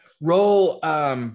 Roll